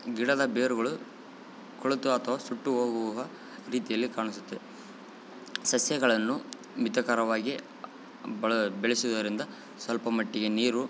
ಗಿಡದ ಬೇರುಗಳು ಕೊಳೆತು ಅಥವಾ ಸುಟ್ಟು ಹೋಗುವ ರೀತಿಯಲ್ಲಿ ಕಾಣಿಸುತ್ತೆ ಸಸ್ಯಗಳನ್ನು ಮಿತಕರವಾಗಿ ಬಳ ಬೆಳೆಸೋದರಿಂದ ಸ್ವಲ್ಪ ಮಟ್ಟಿಗೆ ನೀರು